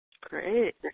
Great